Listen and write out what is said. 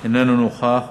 אינו נוכח,